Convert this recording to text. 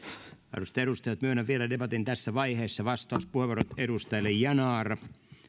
arvoisat edustajat myönnän vielä debatin tässä vaiheessa vastauspuheenvuorot edustajille yanar